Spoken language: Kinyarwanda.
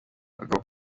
abagabo